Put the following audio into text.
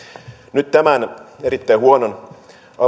nyt tämän erittäin huonon